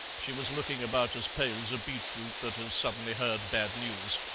she was looking about as pale as a beetroot that has suddenly heard bad news.